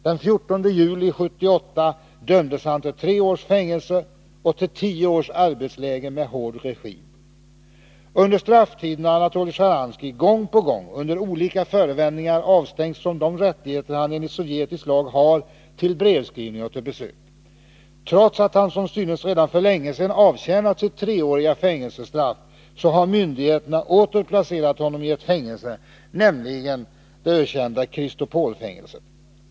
Den 14 juli 1978 dömdes han till tre års fängelse Under strafftiden har Anatoly Shceharansky gång på gång under olika Tisdagen den förevändningar avstängts från de rättigheter till brevskrivning och besök han 20 april 1982 enligt sovjetisk lag har. Trots att han som synes redan för länge sedan avtjänat sitt treåriga fängelsestraff, har myndigheterna åter placerat honom i ett fängelse, nämligen i det ökända Christopolfängelset.